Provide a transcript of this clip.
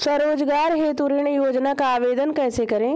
स्वरोजगार हेतु ऋण योजना का आवेदन कैसे करें?